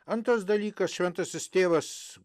antras dalykas šventasis tėvas